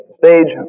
stage